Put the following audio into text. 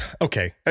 okay